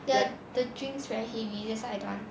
ya the drinks very heavy that's why I don't want